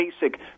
basic